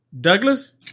Douglas